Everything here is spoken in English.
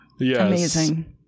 Amazing